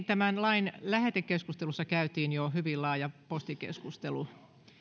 tämän lain lähetekeskustelussa käytiin jo hyvin laaja postikeskustelu